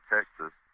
Texas